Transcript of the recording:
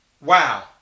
wow